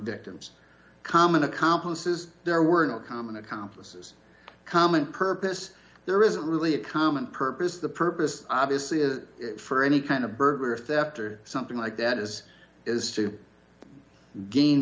victims common accomplices there were no common accomplices common purpose there isn't really a common purpose the purpose obviously is for any kind of burger theft or something like that as it is to gain